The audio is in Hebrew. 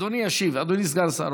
אדוני ישיב, אדוני סגן האוצר.